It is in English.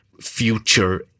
future